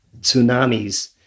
tsunamis